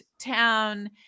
town